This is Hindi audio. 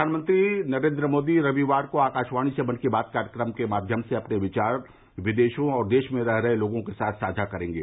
प्रधानमंत्री नरेन्द्र मोदी रविवार को आकाशवाणी से मन की बात कार्यक्रम के माध्यम से अपने विचार विदेशों और देश में रह रहे लोगों के साथ साझा करेंगे